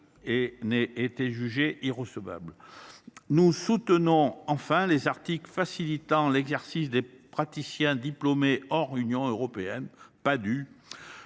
Nous soutenons enfin les articles facilitant l’exercice des praticiens à diplôme hors Union européenne,